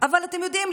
אבל אתם יודעים,